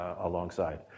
alongside